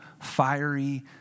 fiery